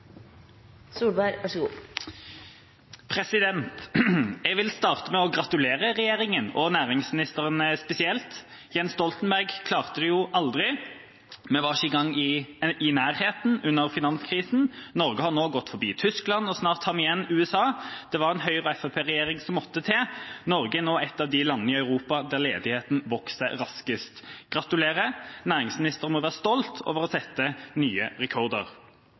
Jeg vil starte med å gratulere regjeringa og næringsministeren spesielt. Jens Stoltenberg klarte det jo aldri. Vi var ikke engang i nærheten under finanskrisen. Norge har nå gått forbi Tyskland og snart tar vi igjen USA. Det var en Høyre–Fremskrittsparti-regjering som måtte til: Norge er nå et av de landene i Europa der ledigheten vokser raskest. Gratulerer – næringsministeren må være stolt over å sette nye rekorder.